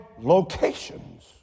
locations